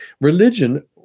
Religion